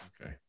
Okay